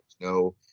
No